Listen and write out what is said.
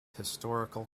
historical